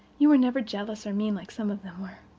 you were never jealous, or mean, like some of them were.